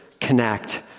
connect